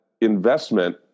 investment